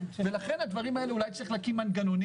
לכן בדברים האלה אולי צריך להקים מנגנונים,